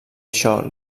això